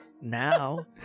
Now